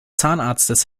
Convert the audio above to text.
zahnarztes